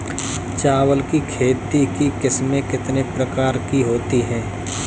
चावल की खेती की किस्में कितने प्रकार की होती हैं?